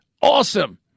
awesome